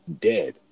dead